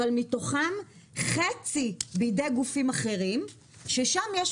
אבל מתוכן חצי בידי גופים אחרים ששם יש